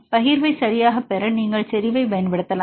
பகிர்வை சரியாகப் பெற நீங்கள் செறிவைப் பயன்படுத்தலாம்